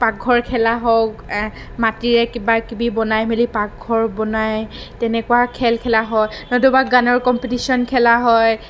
পাকঘৰ খেলা হওক মাটিৰে কিবাকিবি বনাই মেলি পাকঘৰ বনাই তেনেকুৱা খেল খেলা হয় নতুবা গানৰ কম্পিটিচন খেলা হয়